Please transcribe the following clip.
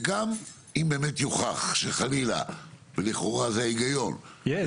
וגם אם באמת יוכח שחלילה לכאורה זה ההיגיון --- יש.